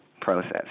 process